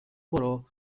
برو